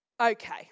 Okay